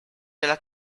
della